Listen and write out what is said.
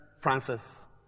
Francis